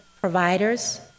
providers